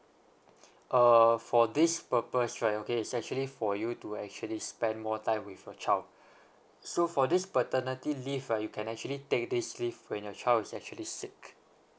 err for this purpose right okay is actually for you to actually spend more time with a child so for this paternity leave right you can actually take this leave when your child is actually sick